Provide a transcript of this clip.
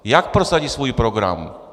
Jak prosadí svůj program?